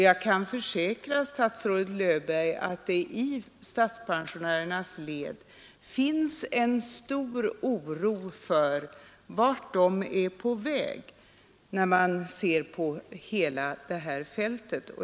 Jag kan försäkra statsrådet Löfberg att det i statspensionärernas led finns en stor oro för vart de är på väg.